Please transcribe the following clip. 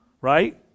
Right